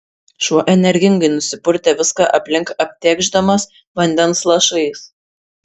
šuo energingai nusipurtė viską aplink aptėkšdamas vandens lašais